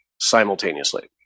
simultaneously